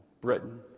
Britain